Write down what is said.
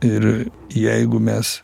ir jeigu mes